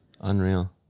Unreal